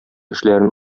эшләрен